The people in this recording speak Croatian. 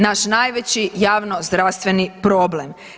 Naš najveći javno zdravstveni problem.